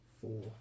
four